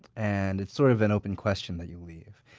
and it's sort of an open question that you leave.